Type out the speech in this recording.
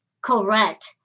Correct